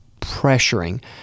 pressuring